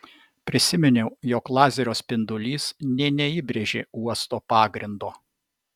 prisiminiau jog lazerio spindulys nė neįbrėžė uosto pagrindo